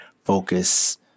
focus